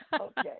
Okay